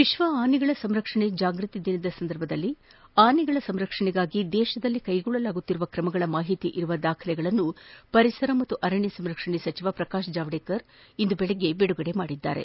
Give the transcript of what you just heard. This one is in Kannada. ವಿಕ್ಷ ಆನೆಗಳ ಸಂರಕ್ಷಣೆ ಜಾಗೃತಿ ದಿನದ ಸಂದರ್ಭದಲ್ಲಿ ಆನೆಗಳ ಸಂರಕ್ಷಣೆಗಾಗಿ ದೇತದಲ್ಲಿ ಕ್ಲೆಗೊಳ್ಳಲಾಗುತ್ತಿರುವ ಕ್ರಮಗಳ ಮಾಹಿತಿ ಇರುವ ದಾಖಲೆಗಳನ್ನು ಪರಿಸರ ಮತ್ತು ಅರಣ್ಣ ಸಂರಕ್ಷಣೆ ಸಚಿವ ಪ್ರಕಾಶ್ ಜಾವಡೇಕರ್ ಇಂದು ಬೆಳಗ್ಗೆ ಬಿಡುಗಡೆ ಮಾಡಿದರು